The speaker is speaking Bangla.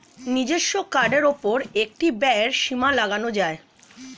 নিজস্ব কার্ডের উপর একটি ব্যয়ের সীমা লাগানো যায়